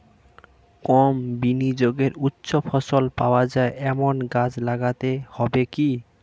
কম বিনিয়োগে উচ্চ ফলন পাওয়া যায় এমন গাছ লাগাতে হবে কি?